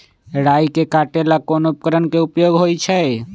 राई के काटे ला कोंन उपकरण के उपयोग होइ छई?